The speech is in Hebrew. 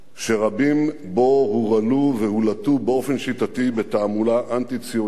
שרבים בו הורעלו והולעטו באופן שיטתי בתעמולה אנטי-ציונית,